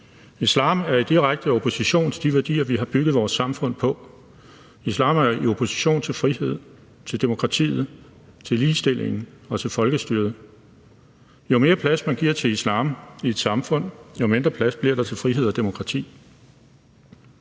Islam er i direkte opposition til de værdier, vi har bygget vores samfund på. Islam er i opposition til friheden, til demokratiet, til ligestillingen og til folkestyret. Jo mere plads man giver til islam i et samfund, jo mindre plads bliver der til frihed og demokrati.